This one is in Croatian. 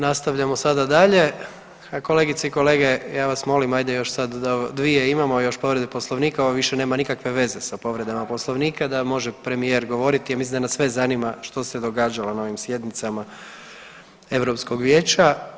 Nastavljamo sada dalje, kolegice i kolege ja vas molim ajde još sad da dvije imamo još povrede Poslovnika, ovo više nema nikakve veze sa povredama Poslovnika da može premijer govoriti, ja mislim da nas sve zanima što se događalo na ovim sjednicama Europskog vijeća.